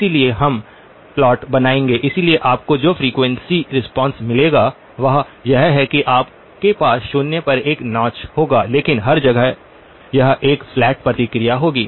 इसलिए हम प्लॉट बनाएंगे इसलिए आपको जो फ्रीक्वेंसी रिस्पॉन्स मिलेगा वह यह है कि आपके पास शून्य पर एक नौच होगा लेकिन हर जगह यह एक फ्लैट प्रतिक्रिया होगी